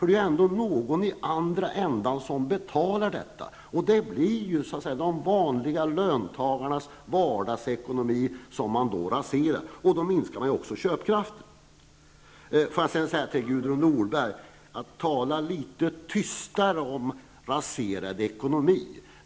Det är ändå någon i andra ändan som betalar detta, och det är de vanliga löntagarnas privatekonomi som raseras, och då minskar man också köpkraften. Jag vill sedan till Gudrun Norberg säga att hon bör tala litet tystare om raserad ekonomi.